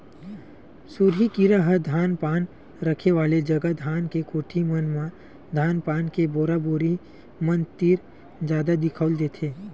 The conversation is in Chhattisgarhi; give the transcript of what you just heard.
सुरही कीरा ह धान पान रखे वाले जगा धान के कोठी मन म धान पान के बोरा बोरी मन तीर जादा दिखउल देथे